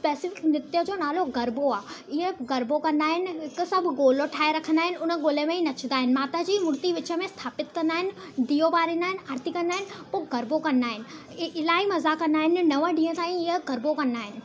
specific नृत्य जो नालो गरबो आहे इहे गरबो कंदा आहिनि हिकु सभु गोलो ठाहे रखंदा आहिनि उन गोले में ई नचंदा आहिनि माता जी मूर्ति विच में स्थापित कंदा आहिनि ॾीयो ॿारींदा आहिनि आरती कंदा आहिनि पोइ गरबो कंदा आहिनि इलाही मज़ा कंदा आहिनि नव ॾींहं ताईं ईअं गरबो कंदा आहिनि